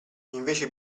invece